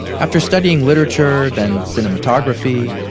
after studying literature, then cinematography,